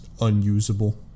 unusable